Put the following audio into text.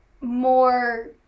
more